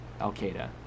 Al-Qaeda